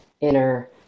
inner